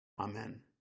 Amen